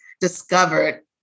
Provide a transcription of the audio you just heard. discovered